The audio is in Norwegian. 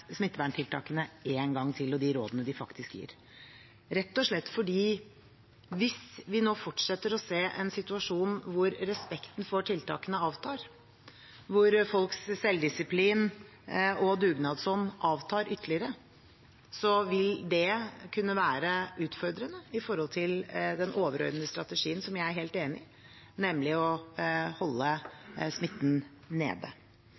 og de rådene de faktisk gir, en gang til, rett og slett fordi hvis vi nå fortsetter å se en situasjon der respekten for tiltakene avtar, der folks selvdisiplin og dugnadsånd avtar ytterligere, vil det kunne være utfordrende i forhold til den overordnede strategien som jeg er helt enig i, nemlig å holde smitten nede.